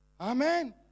Amen